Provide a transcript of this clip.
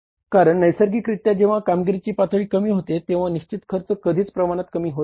कारण नैसर्गिकरित्या जेव्हा कामगिरीची पातळी कमी होते तेव्हा निश्चित खर्च कधीच प्रमाणात कमी होत नाही